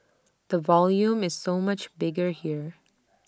the volume is so much bigger here